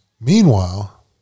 Meanwhile